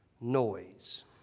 noise